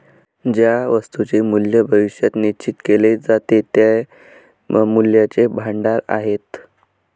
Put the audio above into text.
ज्या वस्तूंचे मूल्य भविष्यात निश्चित केले जाते ते मूल्याचे भांडार आहेत